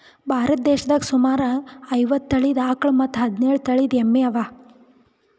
ಭಾರತ್ ದೇಶದಾಗ್ ಸುಮಾರ್ ಐವತ್ತ್ ತಳೀದ ಆಕಳ್ ಮತ್ತ್ ಹದಿನೇಳು ತಳಿದ್ ಎಮ್ಮಿ ಅವಾ